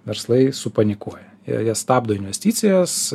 verslai supanikuoja ir jie stabdo investicijas